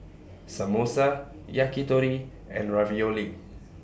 Samosa Yakitori and Ravioli